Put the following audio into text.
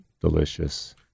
delicious